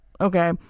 okay